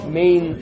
main